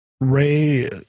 Ray